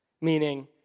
meaning